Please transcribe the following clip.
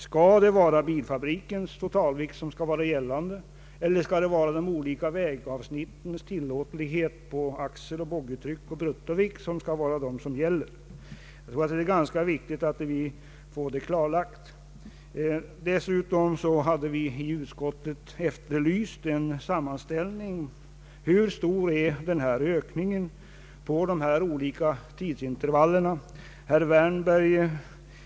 Skall bilfabrikens totalvikt vara gällande eller skall de olika vägavsnittens tillåtlighet när det gäller axeloch boggietryck samt bruttovikt vara gällande? Det är ganska viktigt att få detta klarlagt. Vi har i utskottet efterlyst en sammanställning av hur stor ökningen i beskattningen blir på de olika tidsintervallen 1971—1979. Sådan redovisning har ej lämnats.